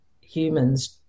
humans